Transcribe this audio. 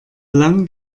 lang